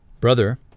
Brother